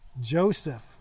Joseph